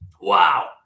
Wow